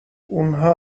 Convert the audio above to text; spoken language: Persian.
اونها